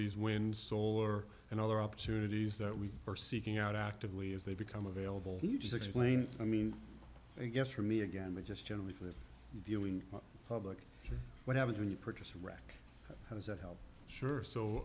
these wind solar and other opportunities that we are seeking out actively as they become available you just explain i mean i guess for me again i just generally for the viewing public what happens when you purchase a rack how does that help sure so